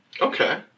Okay